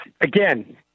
Again